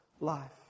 life